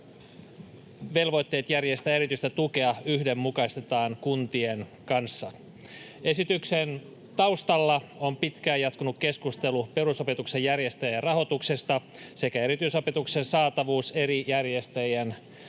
velvoitteet järjestää erityistä tukea yhdenmukaistetaan kuntien kanssa. Esityksen taustalla ovat pitkään jatkunut keskustelu perusopetuksen järjestäjien rahoituksesta sekä erityisopetuksen saatavuus eri järjestäjien opetuksessa.